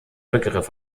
begriff